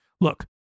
Look